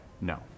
No